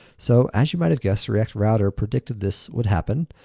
so as you might have guessed, reactor router predicted this would happen,